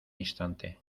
instante